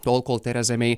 tol kol tereza mei